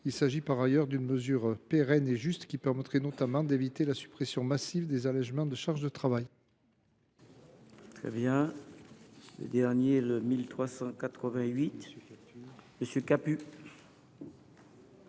Il s’agit par ailleurs d’une mesure pérenne et juste, qui permettrait notamment d’éviter la suppression massive des allégements de charges sur le travail.